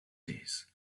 days